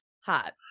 hot